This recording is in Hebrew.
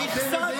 אתה לא מתבייש?